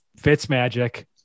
Fitzmagic